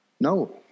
No